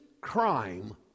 crime